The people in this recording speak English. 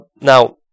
now